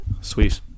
Sweet